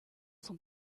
son